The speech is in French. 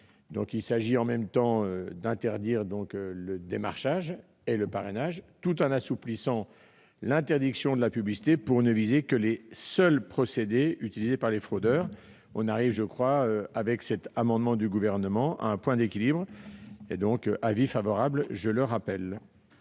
Il s'agit en même temps d'interdire le démarchage et le parrainage, tout en assouplissant l'interdiction de la publicité, pour ne viser que les procédés utilisés par les fraudeurs. On arrive ainsi, je crois, avec cet amendement du Gouvernement, à un point d'équilibre. La commission spéciale